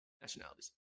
nationalities